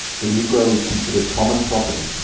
the negro is considered common property,